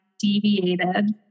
deviated